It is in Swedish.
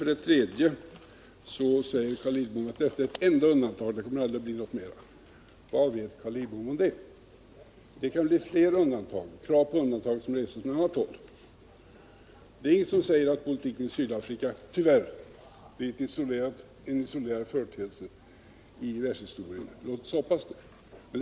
Carl Lidbom säger också att detta är det enda undantaget och att det aldrig kommer att bli något mer. Vad vet Carl Lidbom om det? Fler krav på undantag kan resas från annat håll. Det är tyvärr inget som säger att politiken i Sydafrika blir en isolerad företeelse i världshistorien, men låt oss hoppas det.